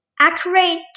accurate